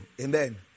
amen